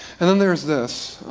and then there's this,